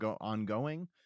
ongoing